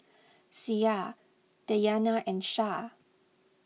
Syah Dayana and Shah